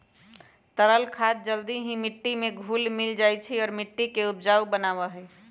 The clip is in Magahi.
तरल खाद जल्दी ही मिट्टी में घुल मिल जाहई और मिट्टी के उपजाऊ बनावा हई